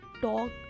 talk